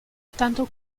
tanto